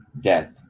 Death